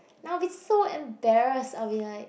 I'll be so embarrassed I'll be like